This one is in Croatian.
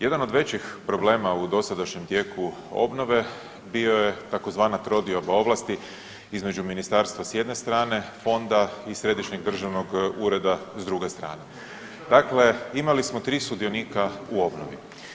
Jedan od većih problema u dosadašnjem tijeku obnove bio je tzv. trodioba ovlasti između ministarstva s jedne strane, Fonda i Središnjeg državnog ureda s druge strane, dakle imali smo 3 sudionika u obnovi.